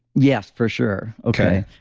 yes, for sure. okay.